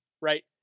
right